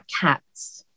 cats